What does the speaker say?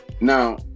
Now